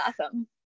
awesome